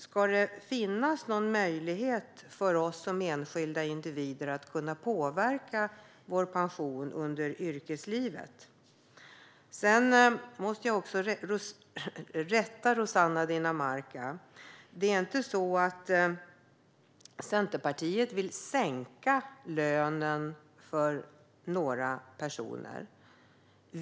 Ska det finnas någon möjlighet för oss som enskilda individer att under yrkeslivet påverka vår pension? Jag måste också rätta Rossana Dinamarca. Det är inte så att Centerpartiet vill sänka lönen för någon.